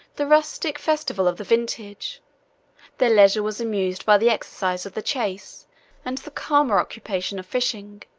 the rustic festival of the vintage their leisure was amused by the exercise of the chase and the calmer occupation of fishing,